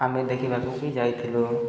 ଆମେ ଦେଖିବାକୁ ବି ଯାଇଥିଲୁ